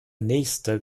nächste